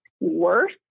worse